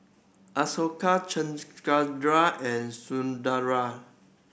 Ashoka Chengara and Sundaraiah